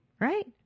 right